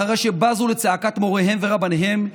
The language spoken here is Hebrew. אחרי שבזו לזעקת מוריהם ורבניהם,